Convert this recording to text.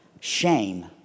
shame